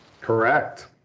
correct